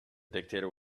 dictator